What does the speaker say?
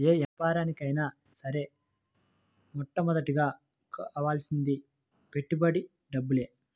యే యాపారానికైనా సరే మొట్టమొదటగా కావాల్సింది పెట్టుబడి డబ్బులే